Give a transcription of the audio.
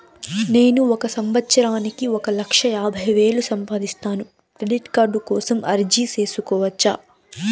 నేను ఒక సంవత్సరానికి ఒక లక్ష యాభై వేలు సంపాదిస్తాను, క్రెడిట్ కార్డు కోసం అర్జీ సేసుకోవచ్చా?